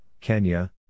Kenya